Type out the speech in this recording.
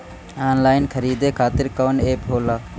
Online खरीदे खातीर कौन एप होला?